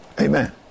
Amen